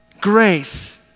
Grace